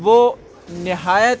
وہ نہایت